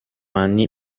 anni